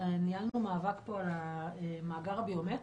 כשניהלנו פה מאבק על המאגר הביומטרי,